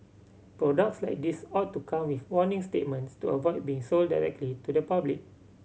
products like these ought to come with warning statements to avoid being sold directly to the public